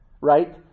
right